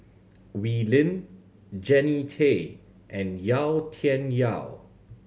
Wee Lin Jannie Tay and Yau Tian Yau